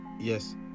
Yes